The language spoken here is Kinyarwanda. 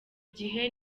gihe